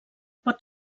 pot